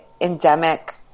endemic